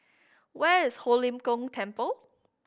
where is Ho Lim Kong Temple